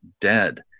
dead